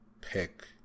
pick